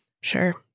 sure